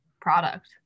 product